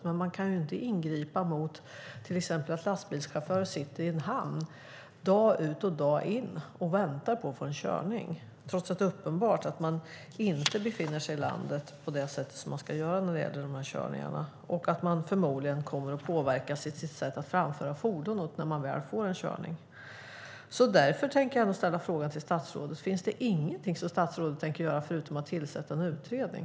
Men man kan till exempel inte ingripa när lastbilschaufförer sitter i en hamn dag ut och dag in och väntar på att få en körning, trots att det är uppenbart att de inte befinner sig i landet på det sätt som de ska göra när det gäller de här körningarna och att deras sätt att framföra fordon förmodligen kommer att påverkas när de väl får en körning. Därför tänker jag ändå ställa frågan till statsrådet: Finns det ingenting som statsrådet tänker göra förutom att tillsätta en utredning?